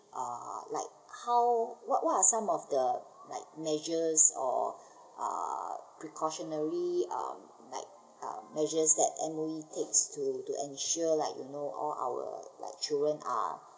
uh like how what what are some of the like measures or uh precautionary um like um measures that M_O_E takes to to ensure like you know all our like children are